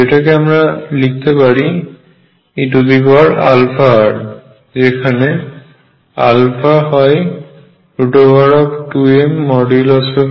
যেটাকে আমরা লিখতে পারি e αr যেখানে হয় 2mE2